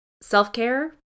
Self-care